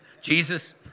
Jesus